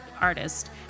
artist